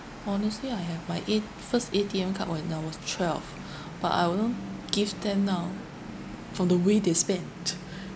honestly I have my A~ first A_T_M card when I was twelve but I wouldn't give them now from the way they spent